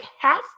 half